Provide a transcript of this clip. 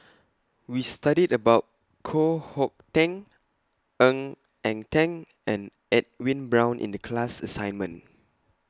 We studied about Koh Hong Teng Ng Eng Teng and Edwin Brown in The class assignment